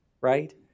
right